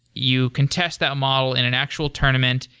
you can test that model in an actual tournament.